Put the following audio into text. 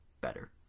better